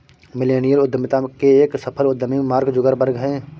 millennial उद्यमिता के एक सफल उद्यमी मार्क जुकरबर्ग हैं